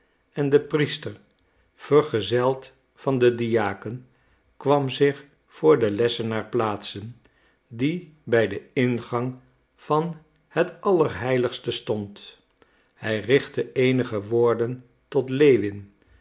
en de priester vergezeld van den diaken kwam zich voor den lessenaar plaatsen die bij den ingang van het allerheiligste stond hij richtte eenige woorden tot lewin